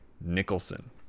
Nicholson